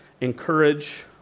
encourage